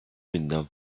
binden